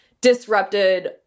disrupted